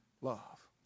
love